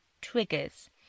triggers